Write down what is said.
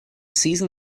seizing